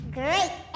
great